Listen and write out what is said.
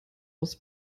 aus